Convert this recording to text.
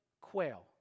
quail